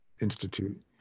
institute